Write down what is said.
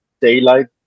daylight